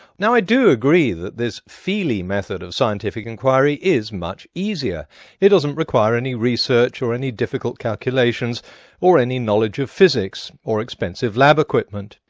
now i do agree that this feelie method of scientific inquiry is much easier it doesn't require any research or any difficult calculations or any knowledge of physics or expensive lab equipment.